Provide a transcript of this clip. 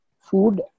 food